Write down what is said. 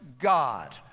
God